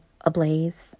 ablaze